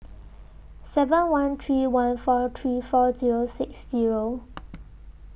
seven one three one four three four Zero six Zero